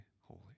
holy